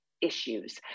issues